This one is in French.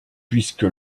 puisque